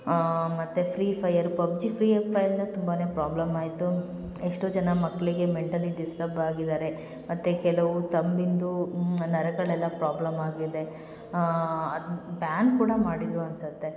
ಮತ್ತು free fire PUBG free ಫಯರಲ್ಲಿ ತುಂಬಾ ಪ್ರೋಬ್ಲಮ್ ಆಯಿತು ಎಷ್ಟೋ ಜನ ಮಕ್ಕಳಿಗೆ ಮೆಂಟಲಿ ಡಿಸ್ಟಬ್ ಆಗಿದ್ದಾರೆ ಮತ್ತು ಕೆಲವು ತಂಬಿಂದೋ ನರಗಳೆಲ್ಲ ಪ್ರೋಬ್ಲಮ್ ಆಗಿದೆ ಅದ್ನ ಬ್ಯಾನ್ ಕೂಡ ಮಾಡಿದರು ಒಂದು ಸರ್ತಿ